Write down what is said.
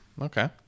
Okay